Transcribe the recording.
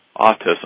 autism